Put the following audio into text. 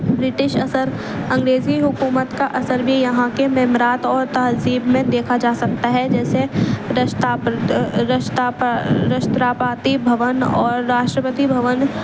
British اثر انگریزی حکومت کا اثر بھی یہاں کے ممرات اور تہذیب میں دیکھا جا سکتا ہے جیسے رشتراپاتی بھون اور راشٹرپتی بھون